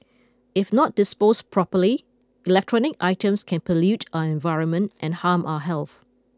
if not dispose properly electronic items can pollute our environment and harm our health